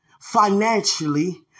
financially